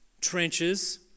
trenches